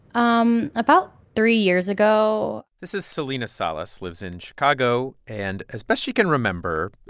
um about three years ago this is celina salas, lives in chicago. and as best she can remember,